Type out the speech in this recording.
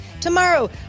tomorrow